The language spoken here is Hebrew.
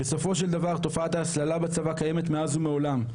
בסופו של דבר תופעת ההסללה בצבא קיימת מאז ומעולם,